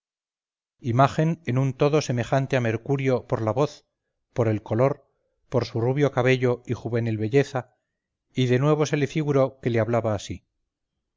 imagen en un todo semejante a mercurio por la voz por el color por su rubio cabello y juvenil belleza y de nuevo se le figuró que le hablaba así